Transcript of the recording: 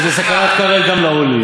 זאת סכנה גם לעולים,